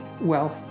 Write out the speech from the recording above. wealth